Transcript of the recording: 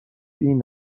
این